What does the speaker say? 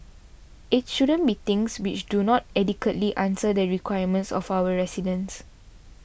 it shouldn't be things which do not adequately answer the requirements of our residents